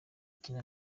akina